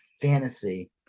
fantasy